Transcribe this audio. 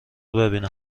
ببینم